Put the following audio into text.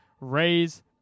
Raise